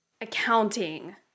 accounting